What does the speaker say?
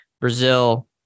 Brazil